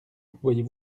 voyez